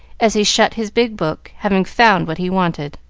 as he shut his big book, having found what he wanted.